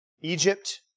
Egypt